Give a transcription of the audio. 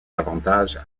avantages